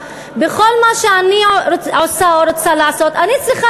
בכל מה שאני עושה או רוצה לעשות אני צריכה